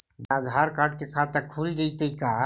बिना आधार कार्ड के खाता खुल जइतै का?